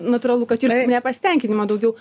natūralu kad ir nepasitenkinimo daugiau